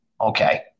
Okay